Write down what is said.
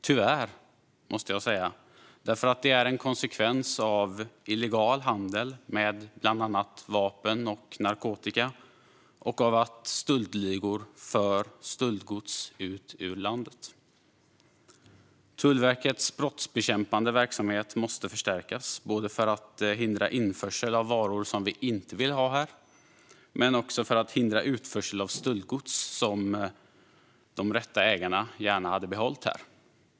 Tyvärr, måste jag säga, eftersom det är en konsekvens av illegal handel med bland annat vapen och narkotika och av att stöldligor för ut stöldgods ur landet. Tullverkets brottsbekämpande verksamhet måste förstärkas både för att hindra införsel av varor som vi inte vill ha här och för att hindra utförsel av stöldgods som de rätta ägarna gärna hade behållit här.